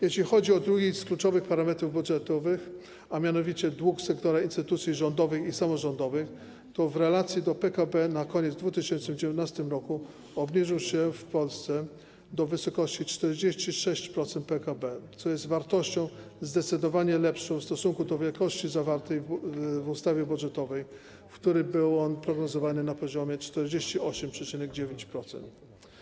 Jeśli chodzi o drugi z kluczowych parametrów budżetowych, a mianowicie dług sektora instytucji rządowych i samorządowych, to w relacji do PKB na koniec 2019 r. obniżył się on w Polsce do wysokości 46% PKB, co jest wartością zdecydowanie lepszą w stosunku do wielkości zawartej w ustawie budżetowej, w której był on prognozowany na poziomie 48,9%.